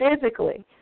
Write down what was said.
physically